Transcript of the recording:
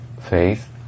faith